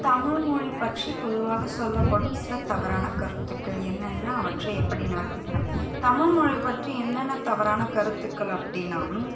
தமிழ்மொழி பற்றி பொதுவாக சொல்லப்படும் சில தவறான கருத்துக்கள் என்னென்ன அவற்றை எப்படி நிவர்த்தி செய்யலாம் தமிழ்மொழியை பற்றி என்னென்ன தவறான கருத்துக்கள் அப்படின்னா